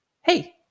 Hey